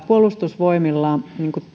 puolustusvoimilla